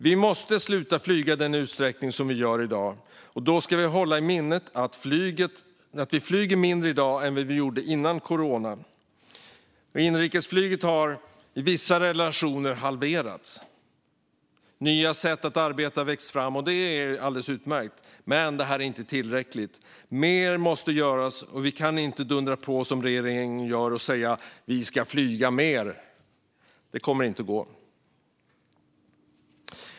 Vi måste sluta flyga i samma utsträckning som i dag. Då ska vi hålla i minnet att vi flyger mindre i dag än före coronapandemin. Inrikesflyget har halverats i vissa relationer. Nya sätt att arbeta har växt fram, vilket är alldeles utmärkt om än inte tillräckligt. Mer måste göras, och vi kan inte dundra på som regeringen gör och säga att vi ska flyga mer. Det kommer inte att gå.